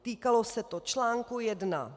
Týkalo se to článku jedna.